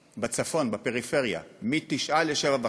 בצפון, בפריפריה, מ-9% ל-7.5%.